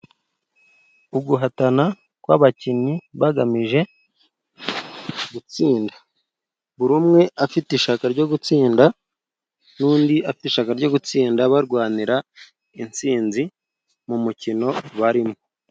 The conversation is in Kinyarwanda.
Uguhatana kw'abakinnyi bagamije gutsinda. Buri umwe afite ishyaka ryo gutsinda n'undi afite ishyaka ryo gutsinda barwanira intsinzi mu mukino barimo.